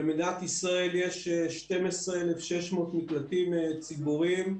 במדינת ישראל יש 12,600 מקלטים ציבוריים,